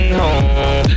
home